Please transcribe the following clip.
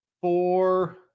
four